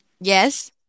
Yes